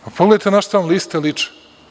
Pogledajte na šta vam liste liče.